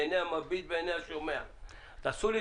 מתי באחרונה משרד התחבורה פיקח וביצע אכיפה שלא לפי